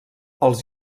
els